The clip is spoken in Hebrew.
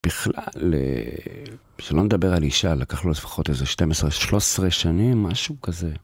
בכלל, שלא נדבר על אישה, לקח לו לפחות איזה 12-13 שנים, משהו כזה.